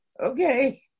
okay